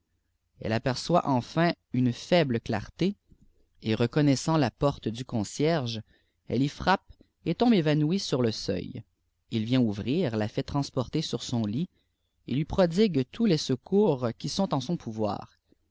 elle aperçoit enfin une faible clarté et reconnaissant la porte du concierge elle y frappe et tombe étanouiesur le seuil il vient ouvrir ja fait transporter sur son lit et lui prodigue tous les secours qui sont en son pouvoir